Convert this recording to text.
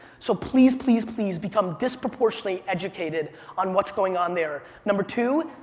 so please, please, please become disproportionately educated on what's going on there. number two,